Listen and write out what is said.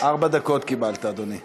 ארבע דקות קיבלת, אדוני.